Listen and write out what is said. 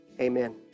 Amen